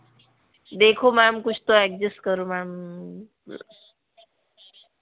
देखो मैम कुछ तो एडजस्ट करो मैम